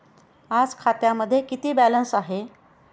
आज खात्यामध्ये किती बॅलन्स आहे?